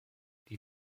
die